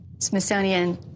Smithsonian